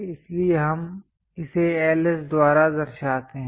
इसलिए हम इसे Ls द्वारा दर्शाते हैं